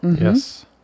yes